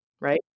right